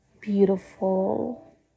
beautiful